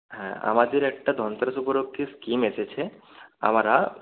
হ্যাঁ আমাদের একটা ধনতেরাস উপলক্ষে স্কিম এসেছে আমরা